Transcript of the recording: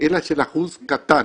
אלא של אחוז קטן.